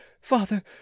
father